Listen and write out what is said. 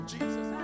Jesus